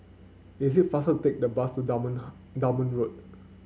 is it faster to take the bus to Dunman Dunman Road